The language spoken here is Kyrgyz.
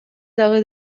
дагы